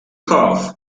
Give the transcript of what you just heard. cough